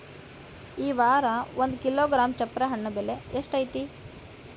ಈ ವಾರ ಒಂದು ಕಿಲೋಗ್ರಾಂ ಚಪ್ರ ಹಣ್ಣ ಬೆಲೆ ಎಷ್ಟು ಐತಿ?